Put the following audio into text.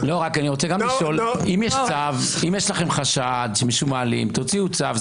אם יש לכם חשד שמישהו מעלים, תוציאו צו.